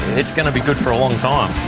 it's going to be good for a long um